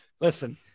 Listen